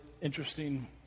interesting